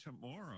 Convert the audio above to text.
tomorrow